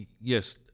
yes